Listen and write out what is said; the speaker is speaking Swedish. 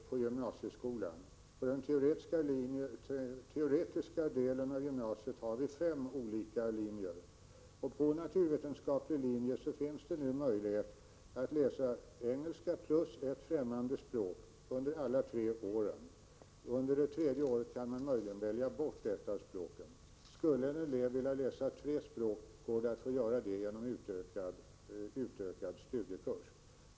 Herr talman! Man hör ofta att det finns för många linjer på gymnasieskolan. På den teoretiska delen av gymnasiet har vi fem olika linjer. På naturvetenskaplig linje finns det nu möjlighet att läsa engelska och ytterligare ett främmande språk under alla tre åren. Under det tredje året kan man möjligen välja bort ett av språken. Skulle en elev vilja läsa tre språk, kan eleven få göra det om han väljer utökad studiekurs.